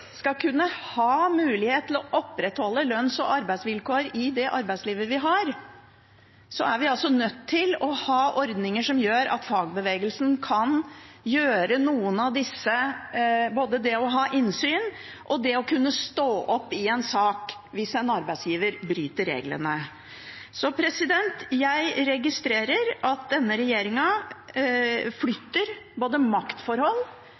skal kunne ha mulighet til å opprettholde lønns- og arbeidsvilkår i det arbeidslivet vi har, er vi nødt til å ha ordninger som gjør at fagbevegelsen kan gjøre noe, både når det gjelder å ha innsyn, og når det gjelder å kunne stå opp i en sak, hvis en arbeidsgiver bryter reglene. Jeg registrerer at denne regjeringen flytter både maktforhold